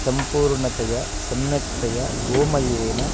सम्पूर्णतया सम्यक्तया गोमयेन